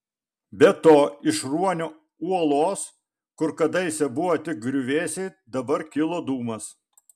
be to iš ruonio uolos kur kadaise buvo tik griuvėsiai dabar kilo dūmas